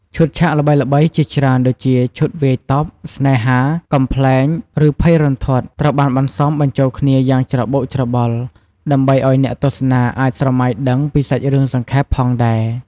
ឈុតឆាកល្បីៗជាច្រើនដូចជា ឈុតវាយតប់ ស្នេហា កំប្លែង ឬភ័យរន្ធត់ ត្រូវបានបន្សំបញ្ចូលគ្នាយ៉ាងច្របូកច្របល់ ដើម្បីឱ្យអ្នកទស្សនាអាចស្រមៃដឹងពីសាច់រឿងសង្ខេបផងដែរ ។